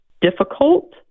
difficult